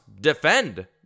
defend